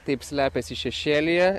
taip slepiasi šešėlyje